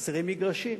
חסרים מגרשים.